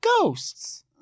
ghosts